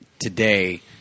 today